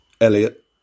Elliot